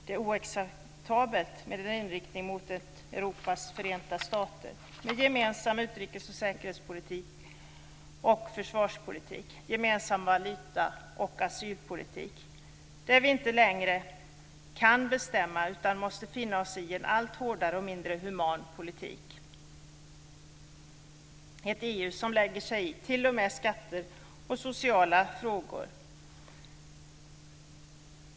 Det är oacceptabelt med en inriktning mot ett Europas förenta stater med gemensam utrikes och säkerhetspolitik och försvarspolitik, gemensam valuta och asylpolitik, där vi inte längre kan bestämma utan måste finna oss i en allt hårdare och mindre human politik, ett EU som lägger sig i t.o.m. skatter och sociala frågor.